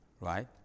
right